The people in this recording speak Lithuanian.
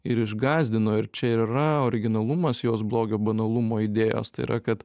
ir išgąsdino ir čia ir yra originalumas jos blogio banalumo idėjos tai yra kad